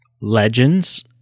legends